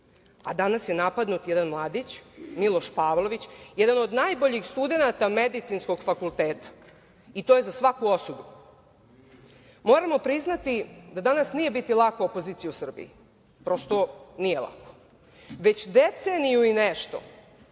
nas. Danas je napadnut jedan mladić, Miloš Pavlović, jedan od najboljih studenata Medicinskog fakulteta. To je za svaku osudu. Moramo priznati da danas nije biti lako opozicija u Srbiji. Prosto, nije lako. Već deceniju i nešto